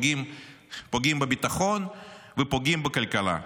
פוגעים בביטחון ופוגעים בכלכלה.